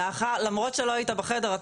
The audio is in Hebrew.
למרות שלא היית בחדר,